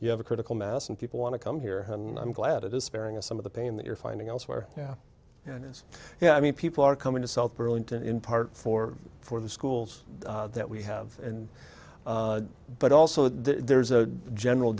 you have a critical mass and people want to come here and i'm glad it is sparing us some of the pain that you're finding elsewhere yeah yeah i mean people are coming to south burlington in part four for the schools that we have and but also there's a general